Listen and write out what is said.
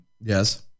Yes